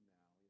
now